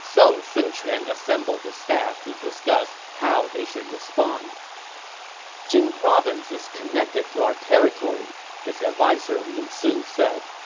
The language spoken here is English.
so sun quan assembled his staff to discuss how they should respond jing province is connected to our territory, his adviser lu su said.